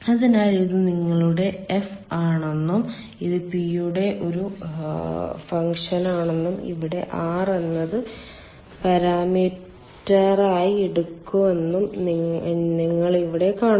അതിനാൽ ഇത് നിങ്ങളുടെ എഫ് ആണെന്നും ഇത് P യുടെ ഒരു ഫംഗ്ഷനാണെന്നും ഇവിടെ R എന്നത് പരാമീറ്ററായി എടുക്കുന്നുവെന്നും നിങ്ങൾ ഇവിടെ കാണുന്നു